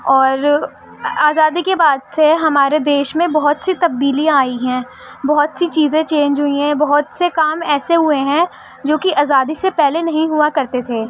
اور آزادی کے بعد سے ہمارے دیش میں بہت سی تبدیلیاں آئی ہیں بہت سی چیزیں چینج ہوئی ہیں بہت سے کام ایسے ہوئے ہیں جو کہ آزادی سے پہلے نہیں ہوا کرتے تھے